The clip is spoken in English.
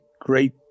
great